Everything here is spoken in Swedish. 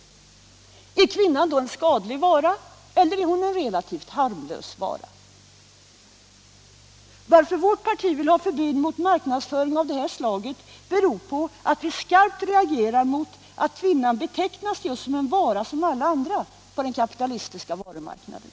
Är kvinnan då en skadlig vara, eller är hon en relativt harmlös vara? Nr 87 Att vårt parti vill ha förbud mot marknadsföring av det här slaget Onsdagen den beror på att vi skarpt reagerar mot att kvinnan betecknas som en vara 16 mars 1977 som alla andra på den kapitalistiska varumarknaden.